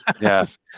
yes